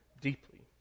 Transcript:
deeply